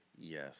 Yes